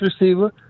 receiver